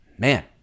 Man